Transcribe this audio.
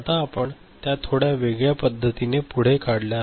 आता आपण त्या थोड्या वेगळ्या पद्धतीने पुन्हा काढल्या आहेत